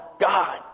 God